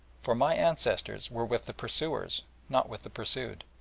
for my ancestors were with the pursuers, not with the pursued.